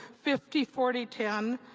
fifty, forty, ten,